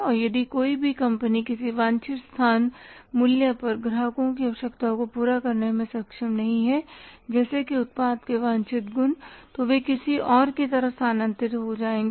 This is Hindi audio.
और यदि कोई भी कंपनी किसी वांछित स्थान मूल्य पर ग्राहकों की आवश्यकता को पूरा करने में सक्षम नहीं है जैसे कि उत्पाद के वांछित गुण तो वे किसी और की तरफ स्थानांतरित हो जाएंगे